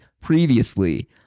previously